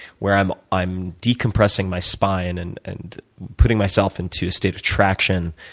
where i'm i'm decompressing my spine and and putting myself into a state of traction.